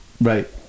Right